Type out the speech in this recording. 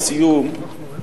לסיום,